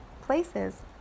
places